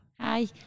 hi